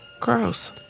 Gross